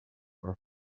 for